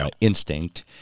instinct